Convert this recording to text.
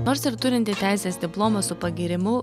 nors ir turinti teisės diplomą su pagyrimu